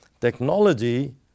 Technology